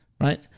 right